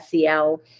SEL